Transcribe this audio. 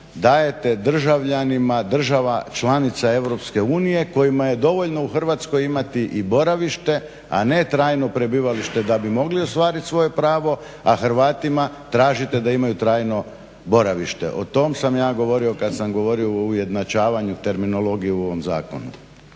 dajete državljanima država članica EU kojima je dovoljno u Hrvatskoj imati i boravište, a ne trajno prebivalište da bi mogli ostvariti svoje pravo, a Hrvatima tražite da imaju trajno boravište. O tom sam ja govori kad sam govorio o ujednačavanju terminologije u ovom zakonu.